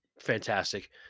fantastic